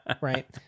right